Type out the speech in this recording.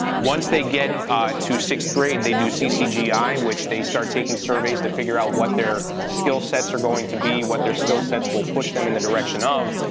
once they get to sixth grade, they do ccgi which they start taking surveys to figure out what their skill sets are going to be, what their skill sets will push them in the direction of,